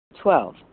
Twelve